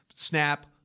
Snap